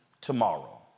tomorrow